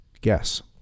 Guess